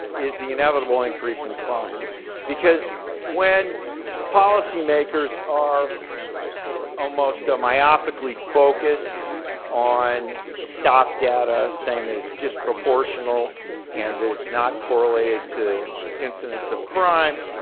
is the inevitable increase in crime because when policy makers are almost myopically focused on stop data saying that it's disproportional and that it's not correlated to incidents of crime,